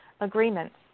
agreements